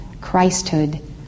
Christhood